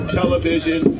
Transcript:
television